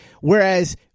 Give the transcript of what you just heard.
Whereas